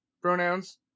pronouns